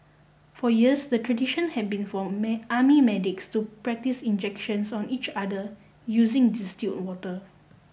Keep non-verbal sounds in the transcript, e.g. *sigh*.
for years the tradition had been for *unintelligible* army medics to practise injections on each other using distilled water